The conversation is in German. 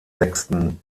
sechsten